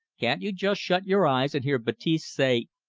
can't you just shut your eyes and hear baptiste say,